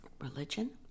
religion